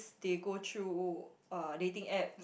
they go through uh dating apps